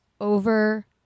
over